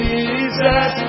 Jesus